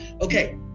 okay